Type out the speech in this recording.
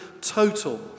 total